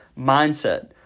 mindset